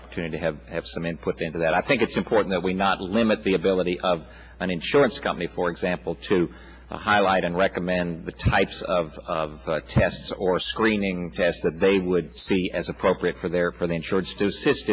opportunity have had some input into that i think it's important that we not limit the ability of an insurance company for example to highlight and recommend the types of her tests or screening tests that they would see as appropriate for there for the in charge to s